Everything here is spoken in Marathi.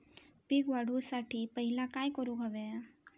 पीक वाढवुसाठी पहिला काय करूक हव्या?